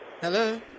Hello